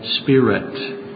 spirit